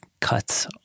cuts